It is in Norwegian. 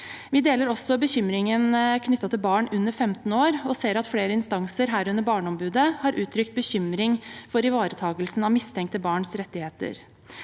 Vi deler også bekymringen knyttet til barn under 15 år og ser at flere instanser, herunder Barneombudet, har uttrykt bekymring for ivaretakelsen av mistenkte barns rettigheter.